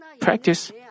practice